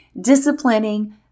disciplining